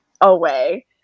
away